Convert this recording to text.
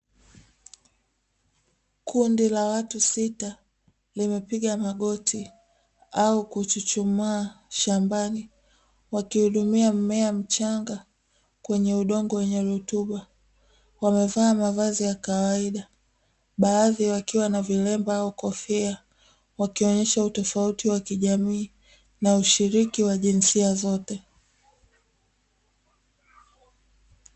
Kundi la watu sita limepiga magoti au kuchuchumaa shambani wakihudumia mmea mchanga kwenye udongo wenye rutuba wamevaa mavazi ya kawaida baadhi wakiwa na vilemba au kofia wakionyesha utofauti wa kijamii na ushiriki wa jinsia zote.